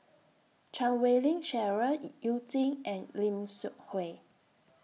Chan Wei Ling Cheryl YOU Jin and Lim Seok Hui